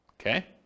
Okay